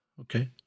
Okay